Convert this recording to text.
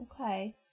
Okay